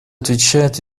отвечают